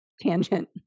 tangent